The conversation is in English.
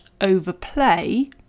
overplay